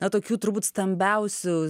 na tokių turbūt stambiausių